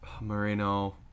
Moreno